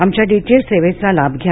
आमच्या डीटीएच सेवेचा लाभ घ्या